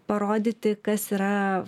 parodyti kas yra